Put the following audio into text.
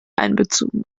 einbezogen